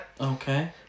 Okay